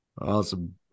Awesome